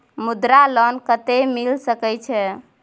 मुद्रा लोन कत्ते मिल सके छै?